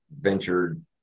ventured